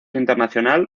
internacional